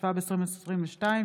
התשפ"ב 2022,